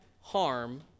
harm